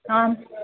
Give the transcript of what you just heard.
आम्